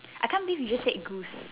I can't believe you just said goose